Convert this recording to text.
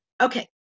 Okay